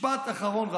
משפט האחרון.